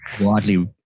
widely